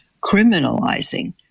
criminalizing